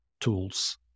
tools